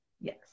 Yes